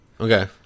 Okay